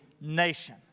nation